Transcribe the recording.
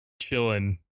chilling